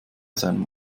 seinem